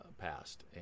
passed